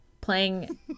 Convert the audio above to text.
playing